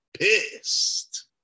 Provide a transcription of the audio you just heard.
pissed